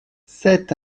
sept